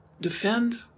defend